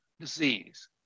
disease